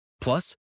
Plus